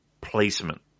placement